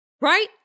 right